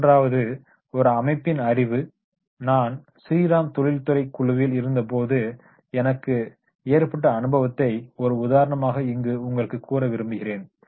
மூன்றாவது ஒரு அமைப்பின் அறிவு நான் ஸ்ரீ ராம் தொழில்துறை குழுவில் இருந்தபோது எனக்கு ஏற்பட்ட அனுபவத்தை ஒரு உதாரணமாக இங்கு உங்களுக்கு கூற விரும்புகிறேன்